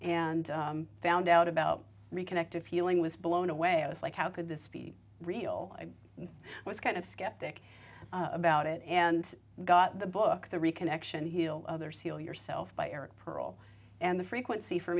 and found out about reconnecting feeling was blown away i was like how could this be real i was kind of skeptic about it and got the book the reconnection heal others heal yourself by eric pearl and the frequency for